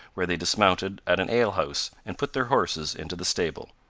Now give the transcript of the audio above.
where they dismounted at an ale-house, and put their horses into the stable.